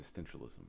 existentialism